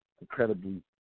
incredibly